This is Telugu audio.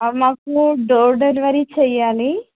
అవి మాకు డోర్ డెలివరి చెయ్యాలి